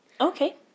Okay